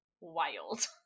wild